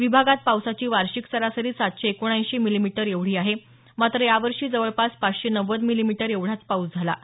विभागात पावसाची वार्षिक सरासरी सातशे एकोणऐंशी मिलीमीटर एवढी आहे मात्र या वर्षी जवळपास पाचशे नव्वद मिलीमीटर एवढाच पाऊस झाला आहे